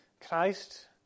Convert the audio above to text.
Christ